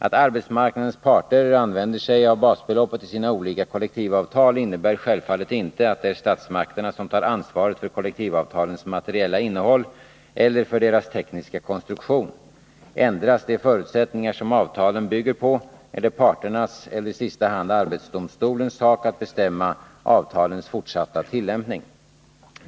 Att arbetsmarknadens parter använder sig av basbeloppet i sina olika kollektivavtal innebär självfallet inte att det är statsmakterna som tar ansvaret för kollektivavtalens materiella innehåll eller för deras tekniska konstruktion. Ändras de förutsättningar som avtalen bygger på är det parternas eller i sista hand arbetsdomstolens sak att bestämma avtalens fortsatta tillämpning.